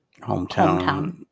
hometown